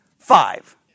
Five